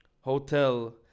hotel